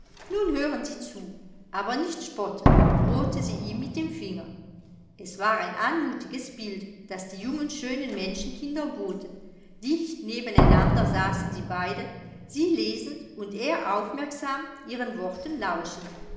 nun hören sie zu aber nicht spotten drohte sie ihm mit dem finger es war ein anmutiges bild das die jungen schönen menschenkinder boten dicht nebeneinander saßen sie beide sie lesend und er aufmerksam ihren worten lauschend